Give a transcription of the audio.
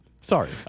sorry